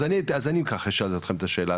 אז אני ככה אשאל אותכם את השאלה,